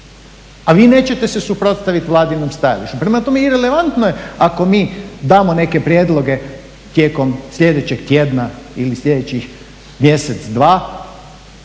a vi se nećete suprotstavit vladinom stajalištu. Prema tome, irelevantno je ako mi damo neke prijedloge tijekom sljedećeg tjedna ili sljedećih mjesec, dva,